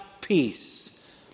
peace